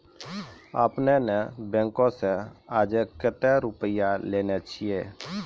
आपने ने बैंक से आजे कतो रुपिया लेने छियि?